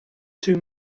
too